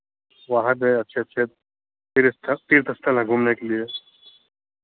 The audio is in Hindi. वहाँ भी अच्छे अच्छे तीर्थ स्थल तीर्थ स्थल हैं घूमने के लिए